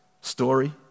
story